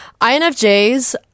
INFJs